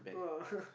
oh